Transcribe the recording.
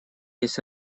есть